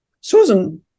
Susan